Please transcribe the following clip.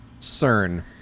CERN